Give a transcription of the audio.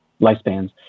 lifespans